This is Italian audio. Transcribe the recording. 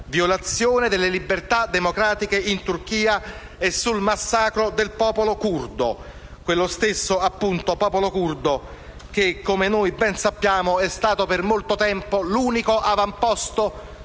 violazione delle libertà democratiche in Turchia e sul massacro del popolo curdo; quello stesso popolo curdo che - come noi ben sappiamo - è stato per molto tempo l'unico avamposto